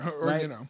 Right